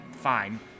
fine